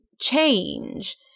change